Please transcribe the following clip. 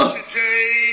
today